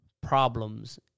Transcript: problems